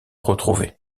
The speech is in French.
retrouvées